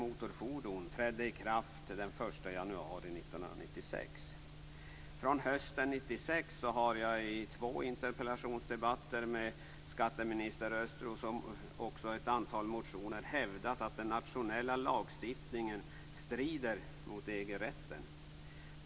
Från hösten 1996 har jag i två interpellationsdebatter med skatteminister Östros, och också i ett antal motioner, hävdat att den nationella lagstiftningen strider mot EG-rätten.